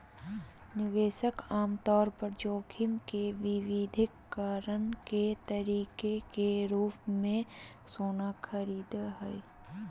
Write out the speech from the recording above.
निवेशक आमतौर पर जोखिम के विविधीकरण के तरीके के रूप मे सोना खरीदय हय